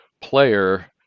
player